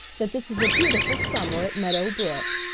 that this is a beautiful summer at meadow brook.